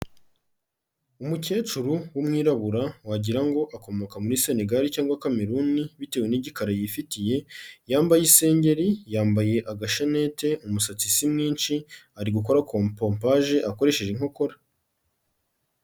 Umukecuru w'umwirabura wagira ngo akomoka muri Senegal cyangwa Cameroun bitewe n'igikari yifitiye yambaye isengeri, yambaye agashenete, umusatsi si mwinshi ari gukora pompaje akoresheje inkokora.